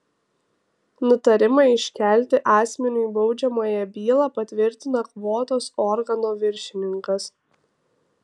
nutarimą iškelti asmeniui baudžiamąją bylą patvirtina kvotos organo viršininkas